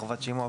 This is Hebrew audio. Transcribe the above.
חובת שימוע.